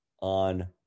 on